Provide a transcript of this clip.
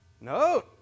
No